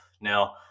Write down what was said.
Now